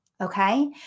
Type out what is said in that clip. okay